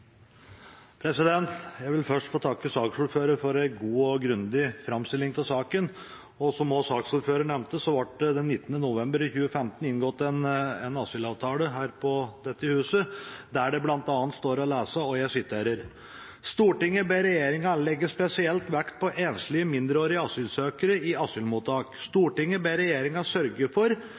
Jeg vil først få takke saksordføreren for en god og grundig framstilling av saken. Som også saksordføreren nevnte, så ble det den 19. november 2015 inngått en asylavtale her på dette huset, der det bl.a. står å lese: «Stortinget ber regjeringen legge spesiell vekt på enslige mindreårige asylsøkere i asylmottak. Stortinget ber regjeringen sørge for et bredt spekter av botilbud med sterk barnefaglig kompetanse, herunder vurdere ulike ordninger for